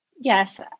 Yes